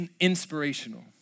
inspirational